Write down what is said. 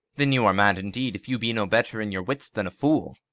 then you are mad indeed, if you be no better in your wits than a fool.